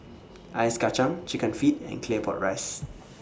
Ice Kacang Chicken Feet and Claypot Rice